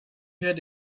heard